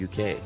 uk